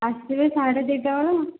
ଆସିବେ ସାଢ଼େ ଦୁଇଟା ବେଳ ଆଉ